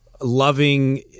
loving